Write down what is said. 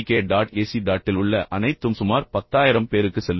K dot AC டாட்டில் உள்ள அனைத்தும் சுமார் 10000 பேருக்கு செல்லும்